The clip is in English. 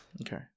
Okay